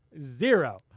Zero